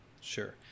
Sure